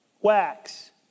wax